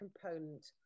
component